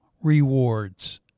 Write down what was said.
rewards